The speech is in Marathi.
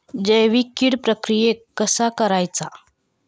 जैविक कीड प्रक्रियेक कसा करायचा?